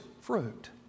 fruit